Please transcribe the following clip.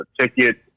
ticket